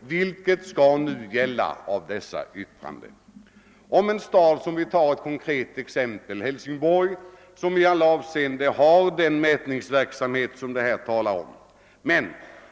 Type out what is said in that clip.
Vilket skall nu gälla av dessa yttranden? En stad som Hälsingborg, för att ta ett konkret exempel, har i alla avseenden den mätningsverksamhet det här talas om. Men